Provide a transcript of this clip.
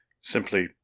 simply